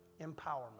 empowerment